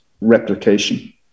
replication